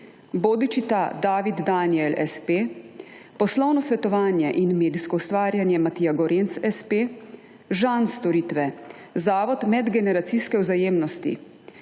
Bodičita David Danijel s.p., Poslovno svetovanje in medijsko ustvarjanje Matija Gorenc s.p., Žan - storitve, Zavod Medgeneracijske Vzajemnosti,